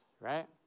right